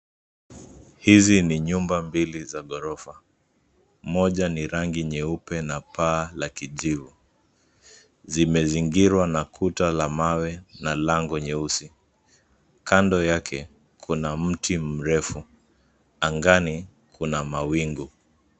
Hizi ni nyumba mbili za gorofa. Moja ni rangi nyeupe na paa la kijivu. Zimezingirwa na kuta la mawe na lango nyeusi. Kando yake kuna mti mrefu, angani kuna mawingu.